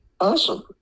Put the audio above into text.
awesome